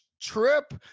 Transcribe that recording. trip